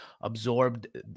absorbed